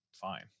fine